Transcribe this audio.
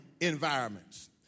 environments